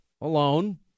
alone